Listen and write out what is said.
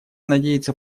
надеется